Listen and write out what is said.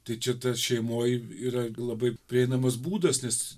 tai čia tas šeimoj yra labai prieinamas būdas nes